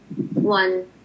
One